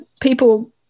people